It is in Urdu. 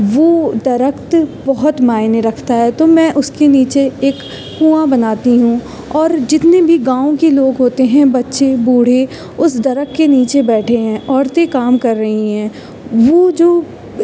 وہ درخت بہت معنے رکھتا ہے تو میں اس کے نیچے ایک کنواں بناتی ہوں اور جتنے بھی گاؤں کے لوگ ہوتے ہیں بچے بوڑھے اس درخت کے نیچے بیٹھے ہیں عورتیں کام کر رہی ہیں وہ جو